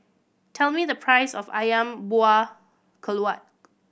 tell me the price of Ayam Buah Keluak